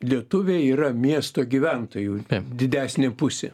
lietuviai yra miesto gyventojų didesnė pusė